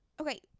Okay